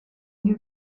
you